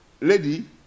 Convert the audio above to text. lady